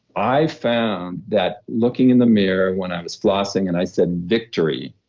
i found that looking in the mirror when i was flossing and i said victory,